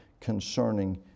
concerning